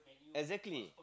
exactly